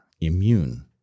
immune